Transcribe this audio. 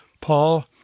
Paul